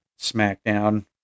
SmackDown